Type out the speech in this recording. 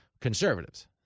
conservatives